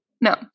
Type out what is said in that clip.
no